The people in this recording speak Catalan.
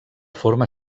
forma